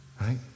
Right